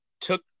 took